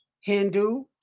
Hindu